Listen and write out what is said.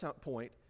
point